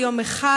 זה יום אחד,